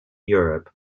europe